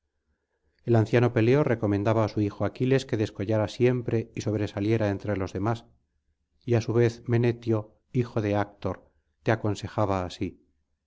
el anciano peleo recomendaba á su hijo aquiles que descollara siempre y sobresaliera entre los demás y á su vez menetio hijo de actor te aconsejaba